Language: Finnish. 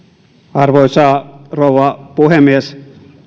arvoisa rouva puhemies